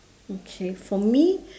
okay for me